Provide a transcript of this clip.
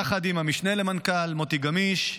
יחד עם המשנה למנכ"ל מוטי גמיש,